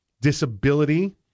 disability